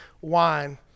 wine